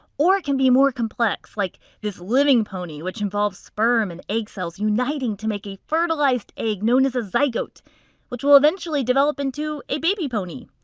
or it can be more complex, like this living pony, which involves sperm and egg cells uniting to make a fertilized egg known as a zygote which will eventually develop into a baby pony.